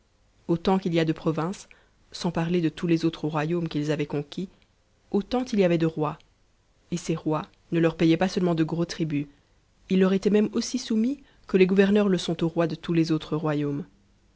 autant qu'il y a de provinces sans parler de tous les autres royaumes qu'ils avaient conquis autant il y avait de rois et ces rois ne leur payaient pfsseufement de gros tributs ils leur étaient même aussi soumis que les gouverneurs le sont aux rois de tous les autres royaumes